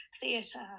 theatre